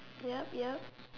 yup yup